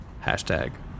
Hashtag